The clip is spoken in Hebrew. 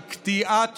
היא קטיעת